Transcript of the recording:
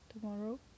tomorrow